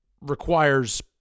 requires